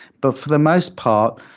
but for the most part,